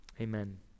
Amen